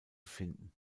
finden